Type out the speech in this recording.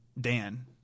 Dan